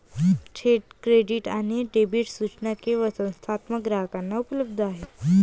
थेट क्रेडिट आणि डेबिट सूचना केवळ संस्थात्मक ग्राहकांना उपलब्ध आहेत